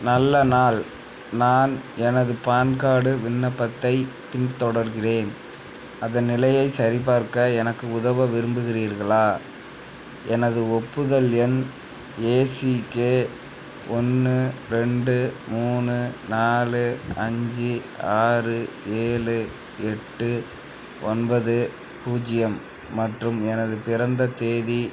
நல்ல நாள் நான் எனது பான் கார்டு விண்ணப்பத்தைப் பின்தொடர்கின்றேன் அதன் நிலையை சரிப்பார்க்க எனக்கு உதவ விரும்புகிறீர்களா எனது ஒப்புதல் எண் ஏசிகே ஒன்று ரெண்டு மூணு நாலு அஞ்சு ஆறு ஏழு எட்டு ஒன்பது பூஜ்ஜியம் மற்றும் எனது பிறந்த தேதி